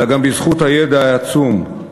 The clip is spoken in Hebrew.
אלא גם בזכות הידע העצום,